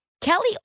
Kelly